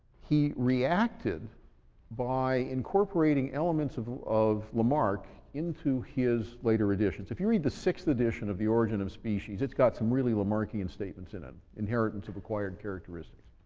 he reacted by incorporating elements of of lamarck into his later editions. if you read the sixth edition of the origin of species, it's got some really lamarckian statements in it, inheritance of acquired characteristics.